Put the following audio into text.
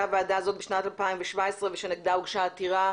הוועדה הזאת בשנת 2017 ושנגדה הוגשה העתירה,